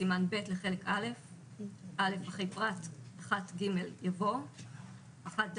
הראשונה(1) בסימן ב' לחלק א' (א) אחרי פרט 1ג יבוא: "1ד.